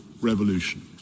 revolution